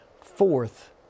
Fourth